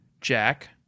Jack